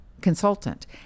consultant